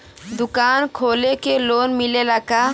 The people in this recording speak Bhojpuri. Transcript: दुकान खोले के लोन मिलेला का?